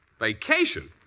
Vacation